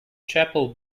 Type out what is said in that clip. chapel